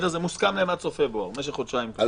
זה מוסכם עליהם עד סוף פברואר, משך חודשיים.